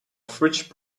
fridge